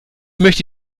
möchte